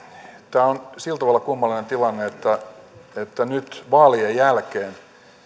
tämä on sillä tavalla kummallinen tilanne että nyt vaalien jälkeen